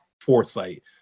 foresight